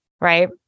Right